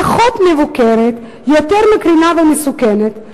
פחות מבוקרת, יותר מקרינה ומסוכנת.